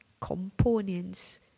components